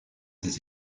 des